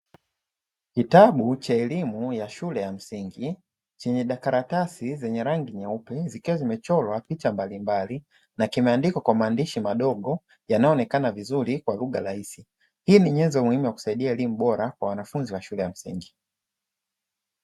Kitabu cha elimu ya shule ya msingi, chenye karatasi zenye rangi nyeupe, zikiwa zimechorwa picha mbalimbali na kimeandikwa kwa maandishi madogo yanayoonekana vizuri kwa lugha rahisi. Hii ni nyenzo muhimu ya kusaidia elimu bora kwa wanafunzi wa shule ya msingi.